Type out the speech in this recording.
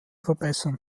verbessern